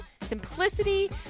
simplicity